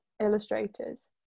illustrators